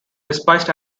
despised